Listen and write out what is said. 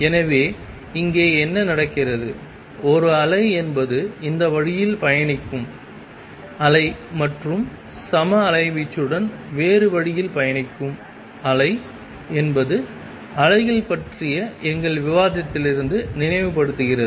எனவே இங்கே என்ன நடக்கிறது ஒரு அலை என்பது இந்த வழியில் பயணிக்கும் அலை மற்றும் சம அலைவீச்சுடன் வேறு வழியில் பயணிக்கும் அலை என்பது அலைகள் பற்றிய எங்கள் விவாதத்திலிருந்து நினைவுபடுத்துகிறது